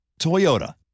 Toyota